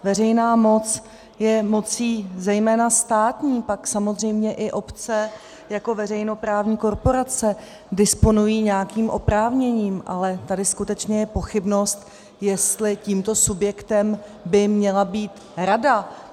Veřejná moc je mocí zejména státní, pak samozřejmě i obce jako veřejnoprávní korporace disponují nějakým oprávněním, ale tady skutečně je pochybnost, jestli tímto subjektem by měla být rada.